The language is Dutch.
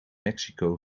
mexico